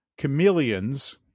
Chameleons